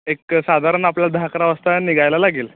एक साधारण आपल्या दहा अकरा वाजता निघायला लागेल